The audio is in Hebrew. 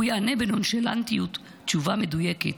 הוא יענה בנונשלנטיות תשובה מדויקת,